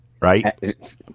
Right